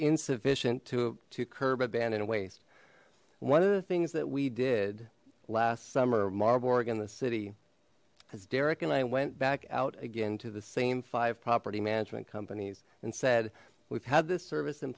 insufficient to to curb abandoned waste one of the things that we did last summer marburg and the city as derek and i went back out again to the same five property management companies and said we've had this service in